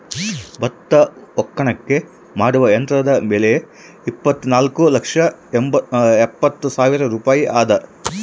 ಭತ್ತ ಒಕ್ಕಣೆ ಮಾಡುವ ಯಂತ್ರದ ಬೆಲೆ ಇಪ್ಪತ್ತುನಾಲ್ಕು ಲಕ್ಷದ ಎಪ್ಪತ್ತು ಸಾವಿರ ರೂಪಾಯಿ ಅದ